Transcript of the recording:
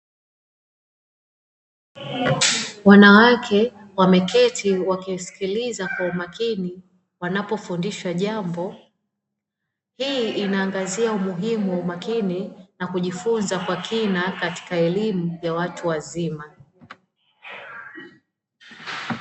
Wanawake wameketi wakisikiliza kwa umakini wanapofundishwa jambo, hii inaangazia umuhimu wa umakini na kujifunza kwa kina katika elimu ya watu wazima.